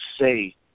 say